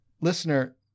listener